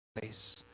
place